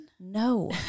No